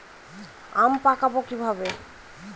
আম পাকাবো কিভাবে?